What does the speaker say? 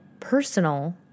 Personal